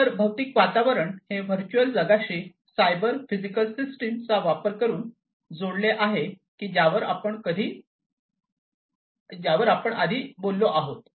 तर भौतिक वातावरण हे व्हर्चुअल जगाशी सायबर फिजिकल सिस्टम चा वापर करून जोडले आहे की ज्यावर आपण आधी बोललो आहोत